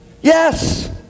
Yes